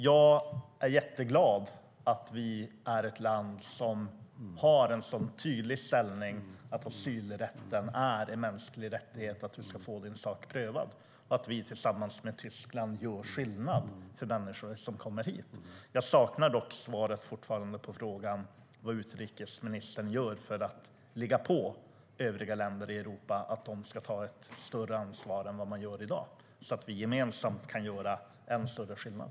Jag är jätteglad att vi är ett land som har den tydliga inställningen att asylrätten är en mänsklig rättighet; man ska få sin sak prövad. Tillsammans med Tyskland gör vi skillnad för människor som kommer hit. Jag saknar dock fortfarande svaret på frågan vad utrikesministern gör för att ligga på övriga länder i Europa att ta ett större ansvar än vad de gör i dag så att vi gemensamt kan göra än större skillnad.